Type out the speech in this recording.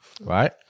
right